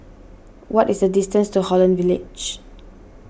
what is the distance to Holland Village